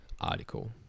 article